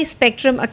Spectrum